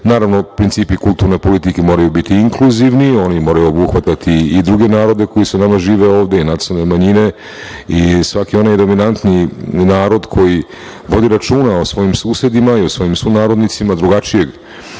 principi kulturne politike moraju biti inkluzivni, oni moraju obuhvatati i druge narode koji sa nama žive ovde i nacionalne manjine i svaki onaj dominantni narod koji vodi računa o svojim susedima i sunarodnicima, drugačijeg